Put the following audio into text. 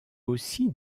aussi